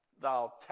thou